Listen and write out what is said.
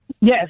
Yes